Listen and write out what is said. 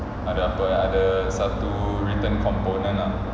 ada apa ah ada satu written component ah